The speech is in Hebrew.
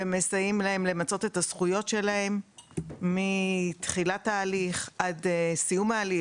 ומסייעים להם למצות את הזכויות שלהם מתחילת ההליך ועד סוף ההליך.